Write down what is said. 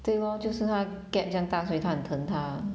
对 lor 就是他的 gap 这样大所以他很疼她